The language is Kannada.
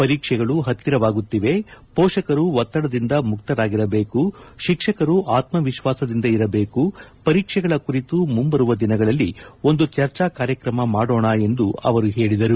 ಪರೀಕ್ಷೆಗಳು ಹತ್ತಿರವಾಗುತ್ತಿವೆ ಪೋಷಕರು ಒತ್ತಡದಿಂದ ಮುಕ್ತರಾಗಿರಬೇಕು ಶಿಕ್ಷಕರು ಆತ್ಮವಿಶ್ವಾಸದಿಂದ ಇರಬೇಕು ಪರೀಕ್ಷೆಗಳ ಕುರಿತು ಮುಂಬರುವ ದಿನದಲ್ಲಿ ಒಂದು ಚರ್ಚಾ ಕಾರ್ಯಕ್ರಮ ಮಾಡೋಣ ಎಂದು ಅವರು ಹೇಳಿದರು